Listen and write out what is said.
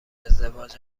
ازدواج